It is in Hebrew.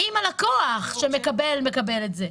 האם הלקוח מקבל את זה?